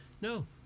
No